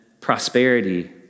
prosperity